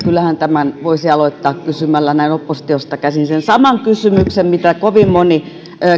kyllähän tämän voisi aloittaa kysymällä näin oppositiosta käsin sen saman kysymyksen mitä kovin moni